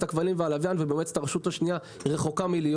הכבלים והלוויין ובמועצת הרשות השנייה מועטה.